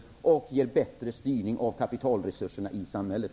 Dessutom blir det en bättre styrning av kapitalresurserna i samhället.